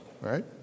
right